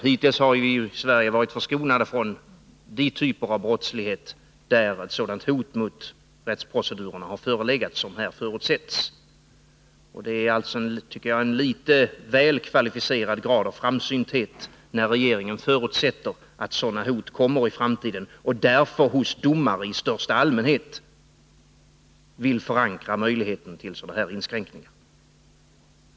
Hittills har vi i Sverige varit förskonade från de typer av brottslighet där sådant hot mot rättsproceduren har förelegat som här förutsätts. Det är alltså, tycker jag, en litet väl kvalificerad grad av framsynthet, när regeringen förutsätter att sådana hot kommer i framtiden och därför hos domare i största allmänhet vill förankra möjligheten till sådana här inskränkningar.